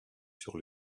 sur